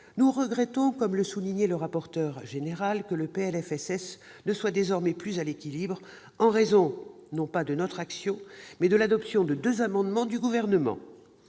préoccupante. Comme l'a souligné M. le rapporteur général, nous regrettons que le PLFSS ne soit désormais plus à l'équilibre, en raison, non pas de notre action, mais de l'adoption de deux amendements du Gouvernement.